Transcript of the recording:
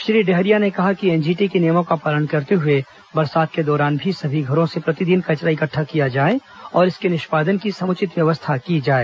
श्री डहरिया ने कहा कि एनजीटी के नियमों का पालन करते हुए बरसात के दौरान भी सभी घरों से प्रतिदिन कचरा इकट्ठा किया जाए और इसके निष्पादन की समुचित व्यवस्था भी की जाए